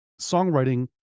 songwriting